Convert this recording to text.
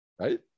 Right